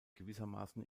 gewissermaßen